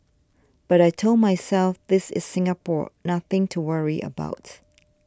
but I told myself this is Singapore nothing to worry about